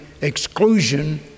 exclusion